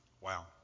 Wow